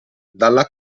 dalla